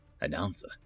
Announcer